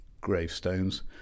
gravestones